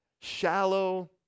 Shallow